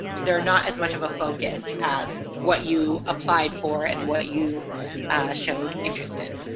they're not as much of a focus as what you applied for and what you showed interest in